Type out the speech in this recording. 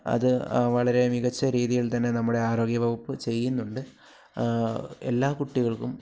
അത് വളരെ മികച്ച രീതിയിൽത്തന്നെ നമ്മുടെ ആരോഗ്യവകുപ്പ് ചെയ്യുന്നുണ്ട് എല്ലാ കുട്ടികള്ക്കും